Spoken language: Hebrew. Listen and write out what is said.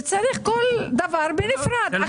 וצריך כל דבר בנפרד.